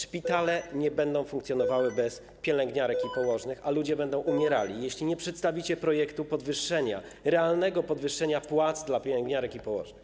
Szpitale nie będą funkcjonowały bez pielęgniarek i położnych, a ludzie będą umierali, jeśli nie przedstawicie projektu realnego podwyższenia płac dla pielęgniarek i położnych.